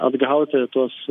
atgauti tuos